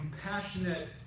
compassionate